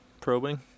probing